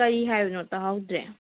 ꯀꯔꯤ ꯍꯥꯏꯕꯅꯣ ꯇꯥꯍꯧꯗ꯭ꯔꯦ